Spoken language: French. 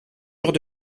jours